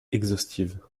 exhaustive